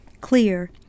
clear